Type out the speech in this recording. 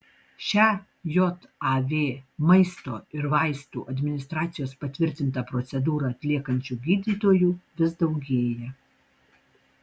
šią jav maisto ir vaistų administracijos patvirtintą procedūrą atliekančių gydytojų vis daugėja